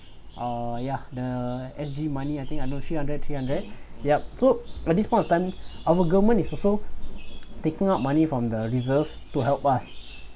uh yeah the S_G money I think I know three hundred three hundred yup so at this point of time our government is also taking out money from the reserves to help us